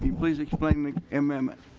please explain amendment.